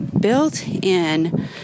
built-in